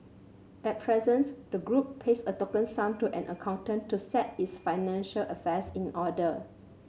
at present the group pays a token sum to an accountant to set its financial affairs in order